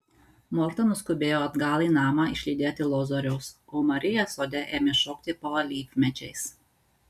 morta nuskubėjo atgal į namą išlydėti lozoriaus o marija sode ėmė šokti po alyvmedžiais